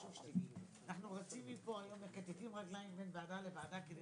היום אנחנו מכתתים רגליים בין ועדה לוועדה כדי